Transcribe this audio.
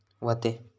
व्हते